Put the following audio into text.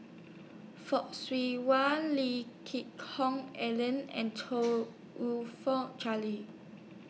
Fock Siew Wah Lee Geck Hoon Ellen and Chong YOU Fook Charles